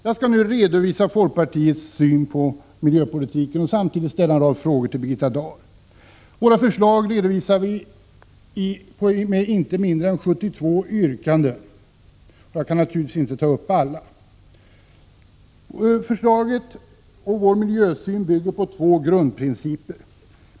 Jag skall nu redovisa folkpartiets syn på miljöpolitiken och samtidigt ställa en rad frågor till Birgitta Dahl. Vi redovisar våra förslag i inte mindre än 72 yrkanden. Jag kan naturligtvis inte ta upp alla. Förslagen och vår miljösyn bygger på två grundprinciper.